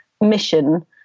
mission